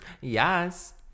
Yes